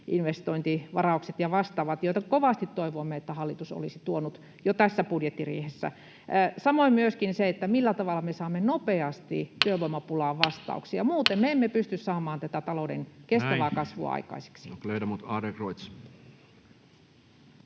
tki-investointivarauksilla ja vastaavilla, joista kovasti toivoimme, että hallitus olisi tuonut ne jo tässä budjettiriihessä ja samoin myöskin sen, millä tavalla me saamme nopeasti työvoimapulaan vastauksia. Muuten me emme pysty saamaan tätä talouden kestävää kasvua aikaiseksi.